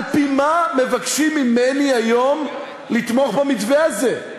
על-פי מה מבקשים ממני לתמוך היום במתווה הזה?